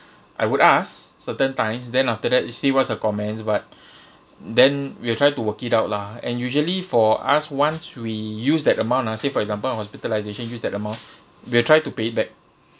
I would ask certain times then after that see what's her comments but then we'll try to work it out lah and usually for us once we use that amount ah say for example hospitalisation use that amount we'll try to pay it back